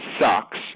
sucks